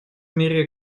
мире